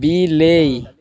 ବିଲେଇ